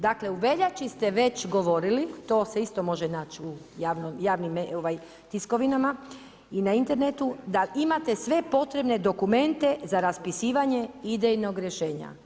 Dakle, u veljači ste već govorili, to se isto može naći u javim tiskovinama i na internetu, da imate sve potrebne dokumente za raspisivanje idejnog rješenja.